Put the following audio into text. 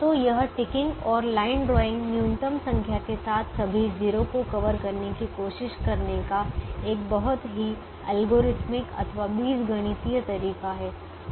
तो यह टिकिंग और लाइन ड्राइंग न्यूनतम संख्या के साथ सभी 0 को कवर करने की कोशिश करने का एक बहुत ही एल्गोरिथमिक अथवा बीजगणितीय तरीका है